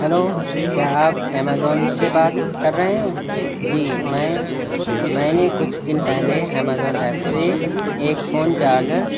hello کیا آپ Amazon سے بات کر رہے ہیں جی میں میں نے کچھ دن پہلے امیزون ایپ سے ایک فون چارجر